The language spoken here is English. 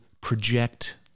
project